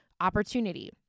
opportunity